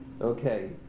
Okay